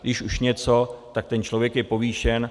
Když už něco, tak ten člověk je povýšen.